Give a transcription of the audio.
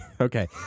Okay